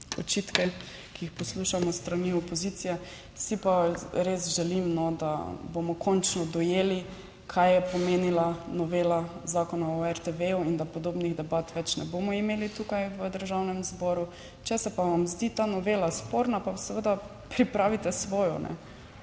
očitke, ki jih poslušamo s strani opozicije. Si pa res želim, da bomo končno dojeli kaj je pomenila novela Zakona o RTV in da podobnih debat več ne bomo imeli tukaj v Državnem zboru. Če se pa vam zdi ta novela sporna, pa seveda pripravite svojo,